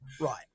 Right